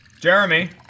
Jeremy